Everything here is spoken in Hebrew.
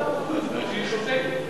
שהיא שותקת.